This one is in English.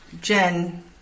Jen